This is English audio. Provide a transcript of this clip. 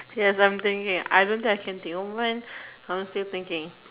yes I'm thinking I don't think I can think oh man I'm still thinking